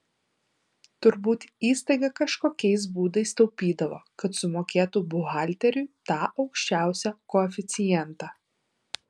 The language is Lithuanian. turbūt įstaiga kažkokiais būdais taupydavo kad sumokėtų buhalteriui tą aukščiausią koeficientą